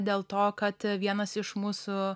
dėl to kad vienas iš mūsų